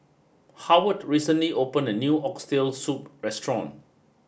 Howard recently opened a new Oxtail Soup restaurant